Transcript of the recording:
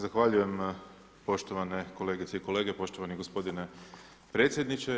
Zahvaljujem poštovane kolegice i kolege, poštovani gospodine predsjedniče.